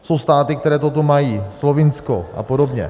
Jsou státy, které toto mají Slovinsko apod.